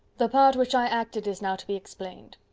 the part which i acted is now to be explained.